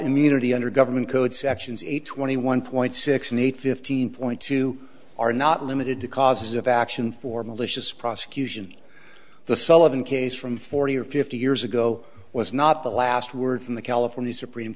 immunity under government code sections eight twenty one point six and eight fifteen point two are not limited to causes of action for malicious prosecution the sullivan case from forty or fifty years ago was not the last word from the california supreme